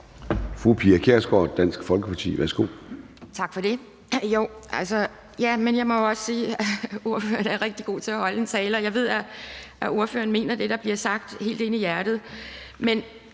Fru Pia Kjærsgaard, Dansk Folkeparti. Værsgo. Kl. 10:08 Pia Kjærsgaard (DF): Tak for det. Jeg må også sige, at ordføreren er rigtig god til at holde en tale, og jeg ved, at ordføreren mener det, der bliver sagt, helt ind i hjertet.